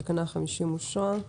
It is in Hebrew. תקנה 50 אושרה פה-אחד.